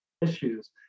issues